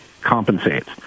compensates